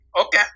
Okay